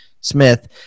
smith